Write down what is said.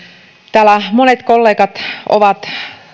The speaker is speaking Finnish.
täällä monet kollegat ovat